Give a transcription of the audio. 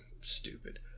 Stupid